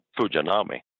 Fujinami